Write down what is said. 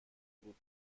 بود